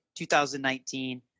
2019